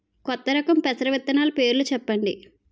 కొత్త రకం పెసర విత్తనాలు పేర్లు చెప్పండి?